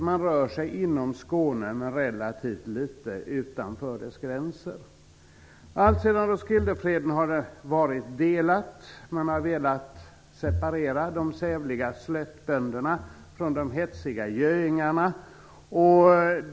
Man rör sig inom Skåne, men relativt litet utanför dess gränser. Alltsedan Roskildefreden har Skåne alltså varit delat. Man har velat separera de sävliga slättbönderna från de hetsiga göingarna.